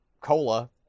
cola